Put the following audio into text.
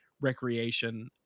recreation